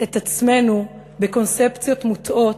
את עצמנו בקונספציות מוטעות,